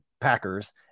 Packers